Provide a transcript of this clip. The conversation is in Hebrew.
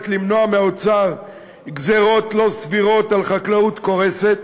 למנוע מהאוצר לגזור גזירות לא סבירות על חקלאות קורסת,